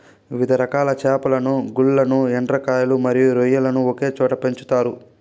వివిధ రకాల చేపలను, గుల్లలు, ఎండ్రకాయలు మరియు రొయ్యలను ఒకే చోట పెంచుతారు